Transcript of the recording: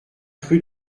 rue